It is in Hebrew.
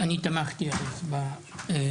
אני תמכתי בהסדר.